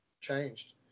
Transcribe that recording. changed